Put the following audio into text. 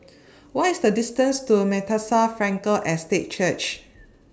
What IS The distance to Bethesda Frankel Estate Church